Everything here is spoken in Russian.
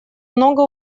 много